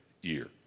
year